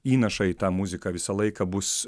įnašą į tą muziką visą laiką bus